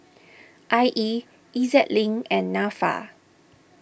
I E E Z Link and Nafa